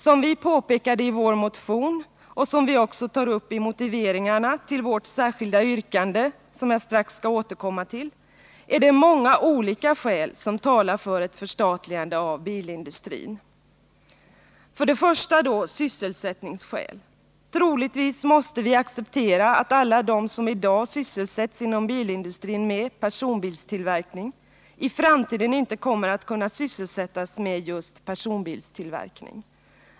Som vi påpekade i vår motion och som vi också tar upp i motiveringarna till vårt särskilda yrkande, som jag strax skall återkomma till, är det många olika skäl som talar för ett förstatligande av bilindustrin. För det första är det sysselsättningsskäl. Troligtvis måste vi acceptera att alla de som i dag sysselsätts inom bilindustrin med personbilstillverkning i framtiden inte kommer att kunna sysselsättas med just personbilstillverkning.